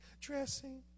dressing